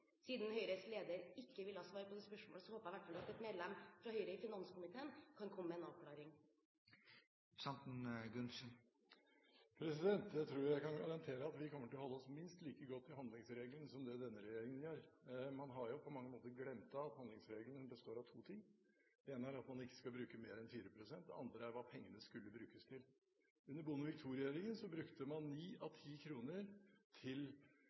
Siden Høyres leder ikke ville svare på det spørsmålet, håper jeg i hvert fall at et medlem fra Høyre i finanskomiteen kan komme med en avklaring. Jeg tror jeg kan garantere at vi kommer til å holde oss minst like godt til handlingsregelen som det denne regjeringen gjør. Man har på mange måter glemt at handlingsregelen består av to ting: Det ene er at man ikke skal bruke mer enn 4 pst., og det andre er hva pengene skulle brukes til. Under Bondevik II-regjeringen brukte man ni av ti kroner til utdanning, til samferdsel og infrastruktur og til vekstfremmende skattelettelser. Denne regjeringen bruker en